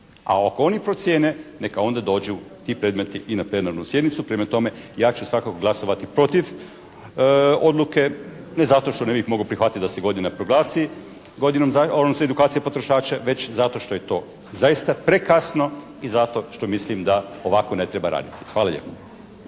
a ako oni procjene neka onda dođu ti predmeti i na plenarnu sjednicu. Prema tome, ja ću svakako glasovati protiv odluke. Ne zato što ne bih mogao prihvatiti da se godina proglasi godinom, odnosno edukacija potrošača, već zato što je to zaista prekasno i zato što mislim da ovako ne treba raditi. Hvala lijepo.